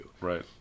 Right